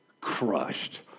crushed